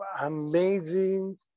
amazing